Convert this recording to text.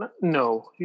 no